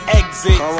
exit